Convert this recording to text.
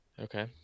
Okay